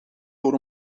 door